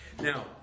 Now